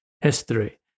history